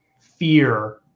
fear